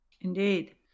Indeed